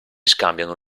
scambiano